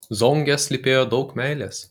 zonge slypėjo daug meilės